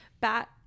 Bat